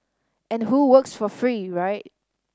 and who works for free right